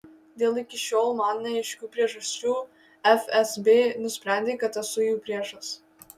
dėl iki šiol man neaiškių priežasčių fsb nusprendė kad esu jų priešas